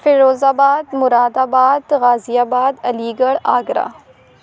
فیروز آباد Moradabad Ghaziabad Aligarh Agra